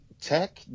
tech